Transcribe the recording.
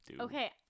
Okay